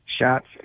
shots